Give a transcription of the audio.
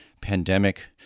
pandemic